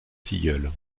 tilleuls